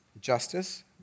justice